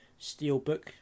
steelbook